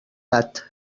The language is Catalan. gat